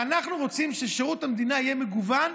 אנחנו רוצים ששירות המדינה יהיה מגוון,